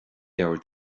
leabhar